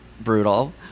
brutal